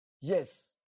Yes